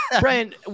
Brian